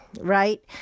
right